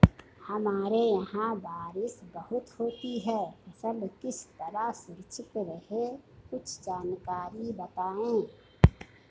हमारे यहाँ बारिश बहुत होती है फसल किस तरह सुरक्षित रहे कुछ जानकारी बताएं?